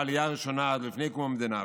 מהעלייה הראשונה עוד לפני קום המדינה,